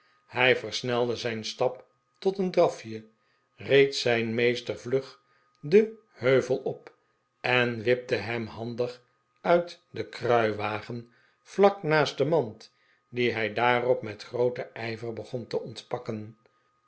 hij versnelde zijn stap tot een drafje reed zijn meester vlug den heuvel op en wipte hem handig uit den kruiwagen vlak naast de mand die hij daarop met grooten ijver begon te ontpakken